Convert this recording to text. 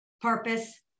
purpose